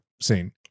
scene